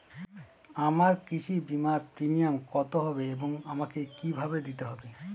আমার কৃষি বিমার প্রিমিয়াম কত হবে এবং আমাকে কি ভাবে দিতে হবে?